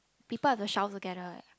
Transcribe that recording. people have to shower together eh